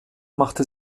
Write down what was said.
machte